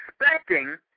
expecting